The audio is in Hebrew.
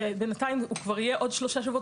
בינתיים הוא כבר יהיה עוד שלושה שבועות,